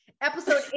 episode